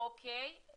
אוקיי,